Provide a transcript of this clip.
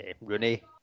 Rooney